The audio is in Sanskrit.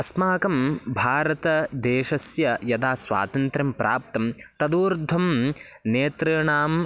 अस्माकं भारतदेशस्य यदा स्वातन्त्र्यं प्राप्तं तदूर्ध्वं नेतॄणाम्